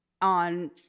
on